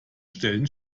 stellen